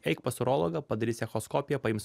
eik pas urologą padarys echoskopiją paims